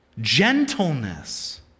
gentleness